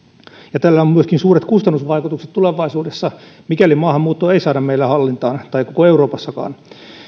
ja tällä on myöskin suuret kustannusvaikutukset tulevaisuudessa mikäli maahanmuuttoa ei saada meillä hallintaan tai koko euroopassakaan